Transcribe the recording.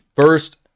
first